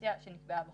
לפנסיה שנקבעה בחוק.